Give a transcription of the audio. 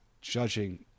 judging